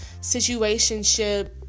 situationship